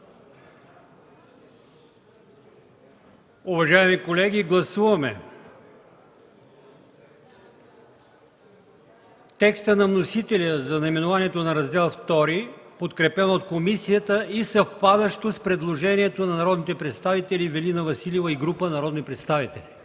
Уважаеми колеги, гласуваме текста на вносителя за наименованието на Раздел ІІ, подкрепено от комисията и съвпадащо с предложението на народните представители Ивелина Василева и група народни представители.